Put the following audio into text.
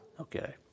Okay